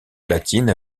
platine